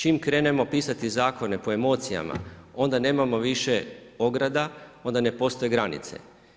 Čim krenemo pisati zakone po emocijama, onda nemamo više ograda, onda ne postoje granice.